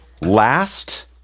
Last